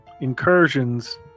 incursions